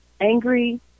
angry